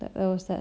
I was like